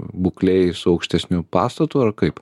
būklėje su aukštesniu pastatu ar kaip